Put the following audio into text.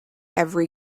every